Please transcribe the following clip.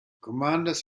commanders